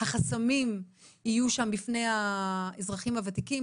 החסמים יהיו שם בפני האזרחים הוותיקים.